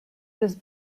was